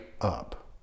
up